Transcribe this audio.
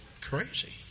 crazy